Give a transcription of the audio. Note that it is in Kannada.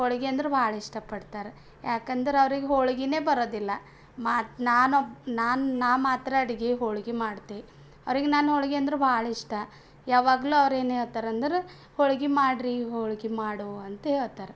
ಹೋಳಿಗೆ ಅಂದರೆ ಭಾಳ ಇಷ್ಟಪಡ್ತಾರೆ ಯಾಕೆಂದರೆ ಅವರಿಗೆ ಹೋಳಿಗೆಯೇ ಬರೋದಿಲ್ಲ ಮತ್ತೆ ನಾನು ಒಬ್ಬ್ ನಾನು ನಾ ಮಾತ್ರ ಅಡುಗೆ ಹೋಳಿಗೆ ಮಾಡ್ತೆ ಅವರಿಗೆ ನನ್ನ ಹೋಳಿಗೆ ಅಂದರೆ ಭಾಳ ಇಷ್ಟ ಯಾವಾಗಲೂ ಅವರು ಏನು ಹೇಳ್ತಾರೆ ಅಂದರೆ ಹೋಳಿಗೆ ಮಾಡ್ರಿ ಹೋಳಿಗೆ ಮಾಡು ಅಂತ ಹೇಳ್ತಾರೆ